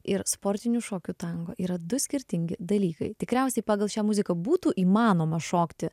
ir sportinių šokių tango yra du skirtingi dalykai tikriausiai pagal šią muziką būtų įmanoma šokti